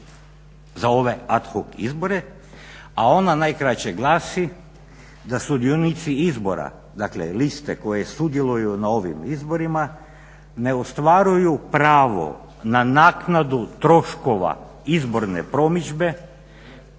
za ove ad hoc izbore, a ona najkraće glasi da sudionici izbora dakle liste koje sudjeluju na ovim izborima ne ostvaruju pravo na naknadu troškova izborne promidžbe